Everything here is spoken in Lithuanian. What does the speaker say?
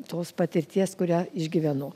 tos patirties kurią išgyvenu